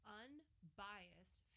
unbiased